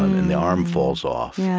um and the arm falls off, yeah